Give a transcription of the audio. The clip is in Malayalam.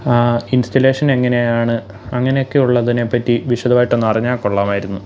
ആ ഇൻസ്റ്റലേഷൻ എങ്ങനെയാണ് അങ്ങനെയൊക്കെ ഉള്ളതിനെപ്പറ്റി വിശദമായിട്ടൊന്ന് അറിഞ്ഞാൽ കൊള്ളാമായിരുന്നു